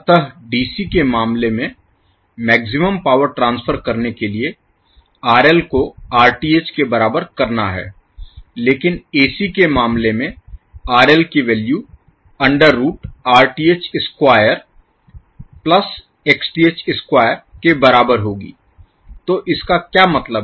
अतः dc के मामले में मैक्सिमम पावर ट्रांसफर करने के लिए RL को Rth के बराबर करना है लेकिन ac के मामले में RL की value under root Rth square plus Xth square के बराबर होगी तो इसका क्या मतलब है